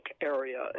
area